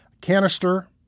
canister